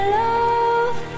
love